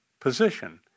position